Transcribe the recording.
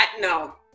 No